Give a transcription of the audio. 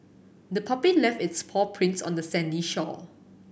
the puppy left its paw prints on the sandy shore